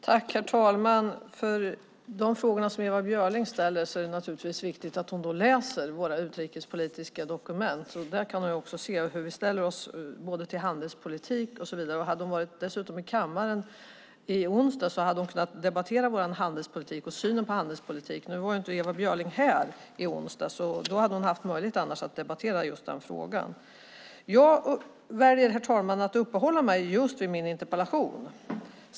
Herr talman! När det gäller de frågor som Ewa Björling ställer är det naturligtvis viktigt att hon läser våra utrikespolitiska dokument. Där kan hon se hur vi ställer oss till handelspolitik och så vidare. Om hon dessutom hade varit i kammaren i onsdags hade hon kunnat debattera vår handelspolitik och synen på handelspolitik. Ewa Björling var inte här i onsdags, annars hade hon haft möjlighet att debattera just den frågan. Herr talman! Jag väljer att uppehålla mig vid min interpellation.